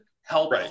help